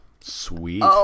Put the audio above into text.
sweet